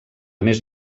més